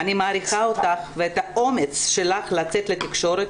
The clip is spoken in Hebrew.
אני מעריכה אותך ואת האומץ שלך לצאת לתקשורת,